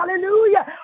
Hallelujah